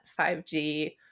5G